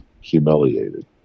humiliated